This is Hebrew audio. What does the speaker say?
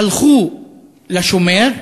הלכו לשומר,